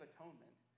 Atonement